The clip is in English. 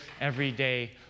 everyday